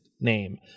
name